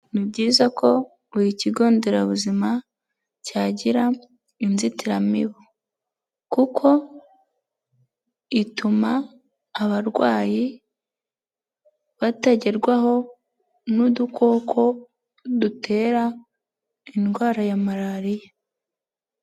Ni byiza ko buri kigo nderabuzima cyagira inzitiramibu kuko ituma abarwayi batagerwaho n'udukoko dutera indwara ya malariya.